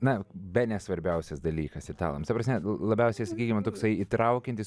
na bene svarbiausias dalykas italams ta prasme labiausiai sakykime toksai įtraukiantis